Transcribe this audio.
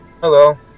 Hello